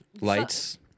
lights